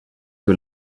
que